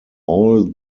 all